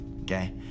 Okay